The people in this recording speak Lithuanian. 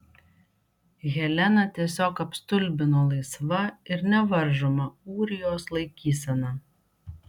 heleną tiesiog apstulbino laisva ir nevaržoma ūrijos laikysena